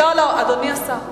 לא, לא, אדוני השר.